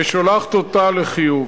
ושולחת אותה לחיוב.